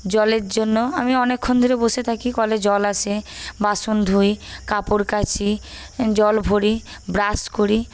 জলের জন্য আমি অনেকক্ষণ ধরে বসে থাকি কলে জল আসে বাসন ধুই কাপড় কাচি জল ভরি ব্রাশ করি